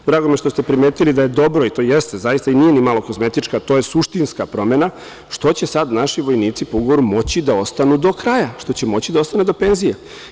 Drago mi je što ste primetili da je dobro, i to jeste, zaista, nije ni malo kozmetička, to je suštinska promena, što će sada naši vojnici po ugovoru moći da ostaju do kraja, što će moći da ostanu do penzije.